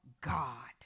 God